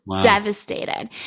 devastated